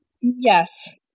Yes